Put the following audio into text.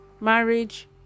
marriage